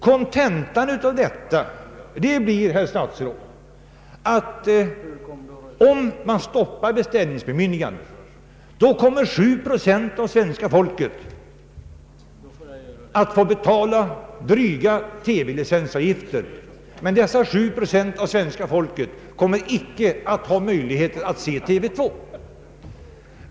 Kontentan blir, herr statsråd, att om man stoppar = beställningsbemyndigandena, kommer 7 procent av svenska folket att få betala dryga TV-licensavgifter utan att ha möjlighet att se TV 2.